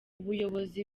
ubuyobozi